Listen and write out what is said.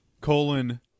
colon